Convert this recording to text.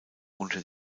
unter